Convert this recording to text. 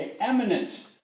Eminent